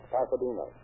Pasadena